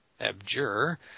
abjure